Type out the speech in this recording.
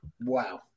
Wow